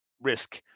risk